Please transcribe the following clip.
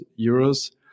euros